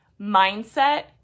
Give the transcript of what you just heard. mindset